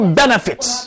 benefits